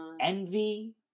Envy